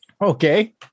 Okay